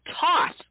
toss